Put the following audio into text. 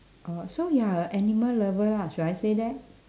oh so you're a animal lover ah should I say that